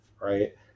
right